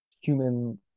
human